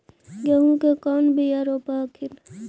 गेहूं के कौन बियाह रोप हखिन?